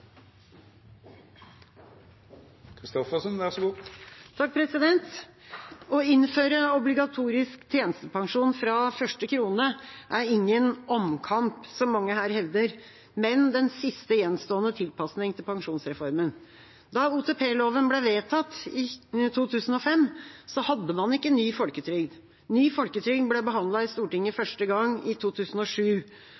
Å innføre obligatorisk tjenestepensjon, OTP, fra første krone er ingen omkamp, som mange her hevder, men den siste gjenstående tilpasningen til pensjonsreformen. Da OTP-loven ble vedtatt i 2005, hadde man ikke ny folketrygd. Ny folketrygd ble behandlet i Stortinget